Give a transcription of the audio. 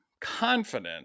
confident